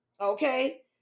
okay